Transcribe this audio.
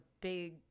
big